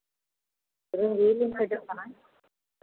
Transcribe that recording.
ᱨᱚᱝᱜᱤᱱ ᱤᱧ ᱠᱷᱚᱡᱚᱜ ᱠᱟᱱᱟ